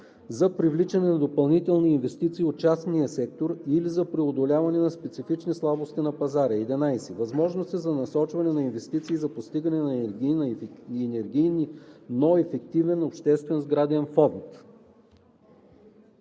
за привличане на допълнителни инвестиции от частния сектор или за преодоляване на специфични слабости на пазара; 11. възможности за насочване на инвестиции за постигане на енергийно ефективен обществен сграден фонд;